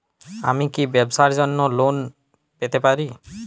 আমি কি ব্যবসার জন্য লোন পেতে পারি?